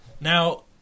Now